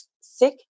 sick